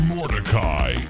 Mordecai